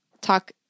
talk